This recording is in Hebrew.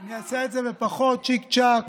אני אעשה את זה בפחות, צ'יק-צ'ק.